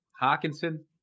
Hawkinson